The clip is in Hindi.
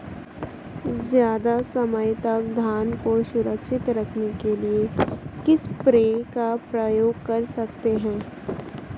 ज़्यादा समय तक धान को सुरक्षित रखने के लिए किस स्प्रे का प्रयोग कर सकते हैं?